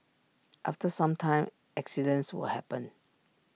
after some time accidents will happen